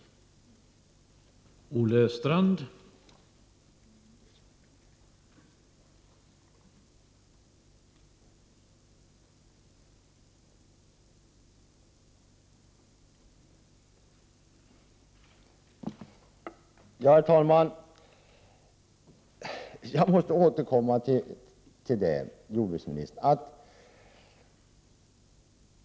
olika på olika håll är inte någonting konstigt. Det är tvärtom någonting som är ganska bra. Att ha en hård central modell i frågor, där förhållandena